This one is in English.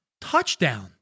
Touchdown